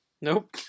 nope